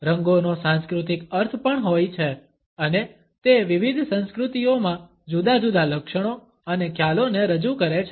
રંગોનો સાંસ્કૃતિક અર્થ પણ હોય છે અને તે વિવિધ સંસ્કૃતિઓમાં જુદા જુદા લક્ષણો અને ખ્યાલોને રજૂ કરે છે